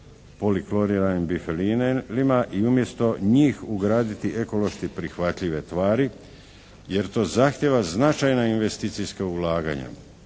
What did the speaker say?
polikloriranim bifenilima i umjesto njih ugraditi ekološki prihvatljive tvari, jer to zahtjeva značajna investicijska ulaganja.